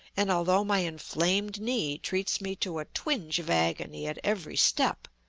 and, although my inflamed knee treats me to a twinge of agony at every step,